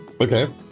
Okay